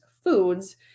foods